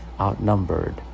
outnumbered